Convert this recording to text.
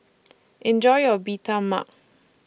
Enjoy your Bee Tai Mak